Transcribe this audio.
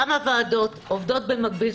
כמה ועדות עובדות במקביל,